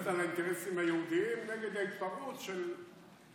מהאוניברסיטה על האינטרסים היהודיים נגד ההתפרעות של,